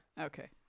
Okay